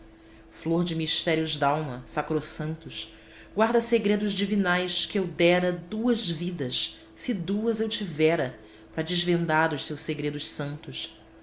flor de mistérios dalma sacrossantos guarda segredos divinais que eu dera duas vidas se duas eu tivera pra desvendar os seus segredos santos